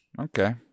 Okay